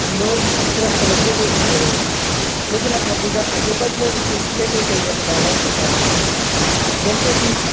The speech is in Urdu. لوگ اس طرف توجہ بھی نہیں دے رہے تھے لیکن اب موجودہ حکومت نے اس سلسلے میں کئی اقدامات اٹھائے ہیں جیسے کہ